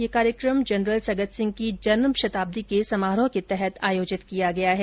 यह कार्यकम जनरल सगत सिंह की जन्म शताब्दी के समारोह के तहत आयोजित किया गया है